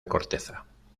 corteza